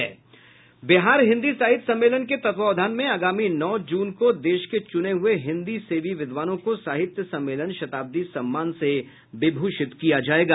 बिहार हिन्दी साहित्य सम्मेलन के तत्वावधान में आगामी नौ जून को देश के चूने हुये हिन्दी सेवी विद्वानों को साहित्य सम्मेलन शताब्दी सम्मान से विभूषित किया जायेगा